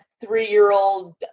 three-year-old